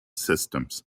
systems